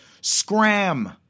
Scram